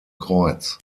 kreuz